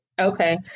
Okay